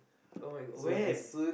[oh]-my-god when